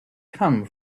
come